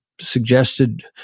suggested